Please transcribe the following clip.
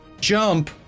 jump